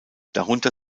darunter